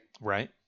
Right